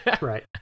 Right